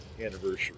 anniversary